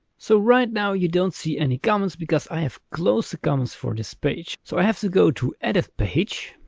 so right now you don't see any comments, because i have closed the comments for this page. so i have to go to edit page.